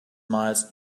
miles